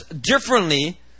differently